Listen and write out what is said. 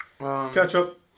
Ketchup